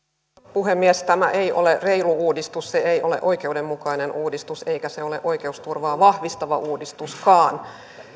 puhemies tämä ei ole reilu uudistus se ei ole oikeudenmukainen uudistus eikä se ole oikeusturvaa vahvistava uudistuskaan